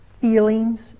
feelings